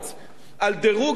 על דירוג האשראי,